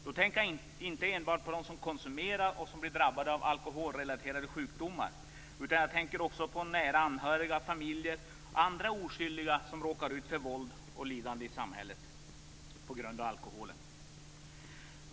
Jag tänker då inte enbart på alkoholkonsumenter som drabbas av alkoholrelaterade sjukdomar utan också på familjerna, på nära anhöriga och på andra oskyldiga i samhället som råkar ut för våld och lidande genom alkoholen.